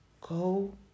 go